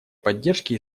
поддержке